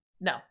No